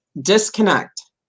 disconnect